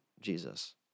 Jesus